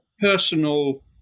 personal